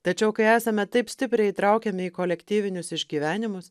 tačiau kai esame taip stipriai įtraukiami į kolektyvinius išgyvenimus